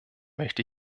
möchte